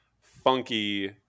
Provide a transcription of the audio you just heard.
funky